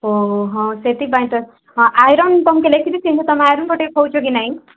ଓଃ ହଁ ସେଥିପାଇଁ ତ ହଁ ଆଇରନ୍ ତମକୁ ଲେଖି ଦେଇଛି ତୁମେ ଆଇରନ୍ ବଟିକା ଖାଉଛ କି ନାଇଁ